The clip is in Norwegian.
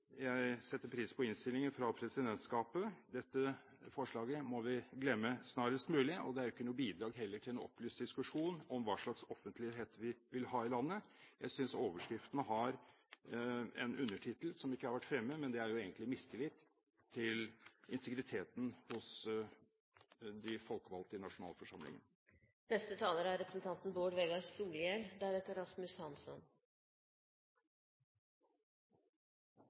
vi glemme snarest mulig, og det er heller ikke noe bidrag til en opplyst diskusjon om hva slags offentlighet vi vil ha i landet. Jeg synes overskriften har en undertittel som ikke har vært fremme, og det er egentlig mistillit til integriteten hos de folkevalgte i nasjonalforsamlingen. Eg såg at representanten